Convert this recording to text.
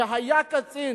היה קצין